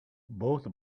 both